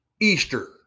Easter